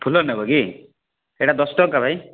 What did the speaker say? ଫୁଲ ନେବ କି ସେଇଟା ଦଶ ଟଙ୍କା ଭାଇ